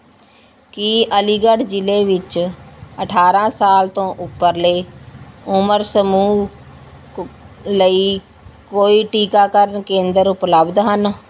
ਕੀ ਅਲੀਗੜ੍ਹ ਜ਼ਿਲ੍ਹੇ ਵਿੱਚ ਅਠਾਰਾਂ ਸਾਲ ਤੋਂ ਉਪਰਲੇ ਉਮਰ ਸਮੂਹ ਕੁ ਲਈ ਕੋਈ ਟੀਕਾਕਰਨ ਕੇਂਦਰ ਉਪਲਬਧ ਹਨ